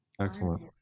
Excellent